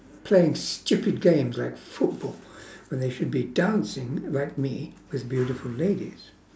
play stupid games like football when they should be dancing like me with beautiful ladies